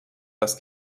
das